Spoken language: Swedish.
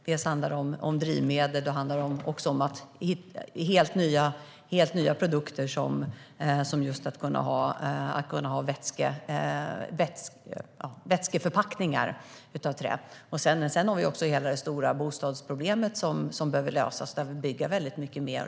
Det handlar om drivmedel och också helt nya produkter som just vätskeförpackningar av trä. Sedan har vi hela det stora bostadsproblemet som behöver lösas. Vi behöver bygga väldigt mycket mer.